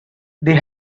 they